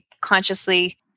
consciously